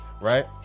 right